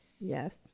Yes